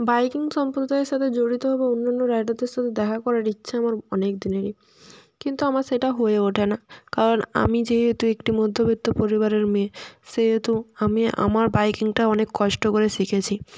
biking সম্প্রদায়ের সাথে জড়িত হবে অন্য অন্য রাইডারদের সাথে দেখা করার ইচ্ছা আমার অনেক দিনেরই কিন্তু আমার সেটা হয়ে ওঠে না কারণ আমি যেহেতু একটি মধ্যবিত্ত পরিবারের মেয়ে সেহেতু আমি আমার বাইকিংটা অনেক কষ্ট করে শিখেছি